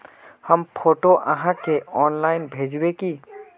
हम फोटो आहाँ के ऑनलाइन भेजबे की?